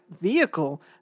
vehicle